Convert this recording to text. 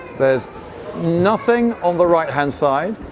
there's nothing on the right-hand side.